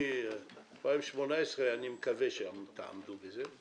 ביוני 2019, אני מקווה שתעמדו בזה,